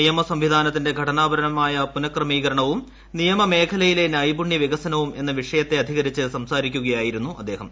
നിയമ സംവിധാനത്തിന്റെ ഘടനാപരമായ പുനക്രമീകരണവും നിയമ മേഖലയിലെ നൈപുണ്യ വികസനവും എന്ന വിഷയത്തെ അധികരിച്ച് സംസാരിക്കുകയായിരുന്നു അദ്ദേഹം